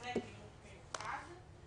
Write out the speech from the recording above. בהחלט נימוק מיוחד.